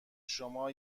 شما